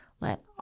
let